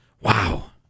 Wow